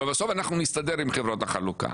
אבל בסוף אנחנו נסתדר עם חברות החלוקה.